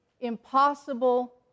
impossible